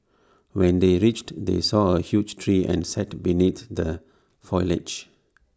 when they reached they saw A huge tree and sat beneath the foliage